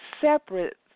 separate